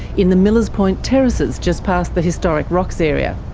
in the millers point terraces, just past the historic rocks area,